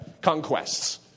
conquests